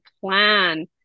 plan